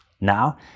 Now